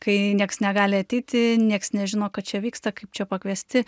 kai nieks negali ateiti nieks nežino kad čia vyksta kaip čia pakviesti